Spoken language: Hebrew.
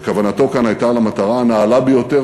וכוונתו כאן הייתה למטרה הנעלה ביותר